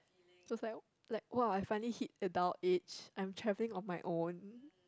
was like !wah! I finally hit adult age I'm travelling on my own